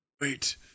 wait